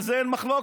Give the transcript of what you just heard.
על זה אין מחלוקת.